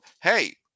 hey